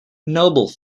noble